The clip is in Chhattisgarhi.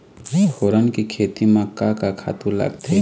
फोरन के खेती म का का खातू लागथे?